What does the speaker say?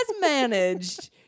managed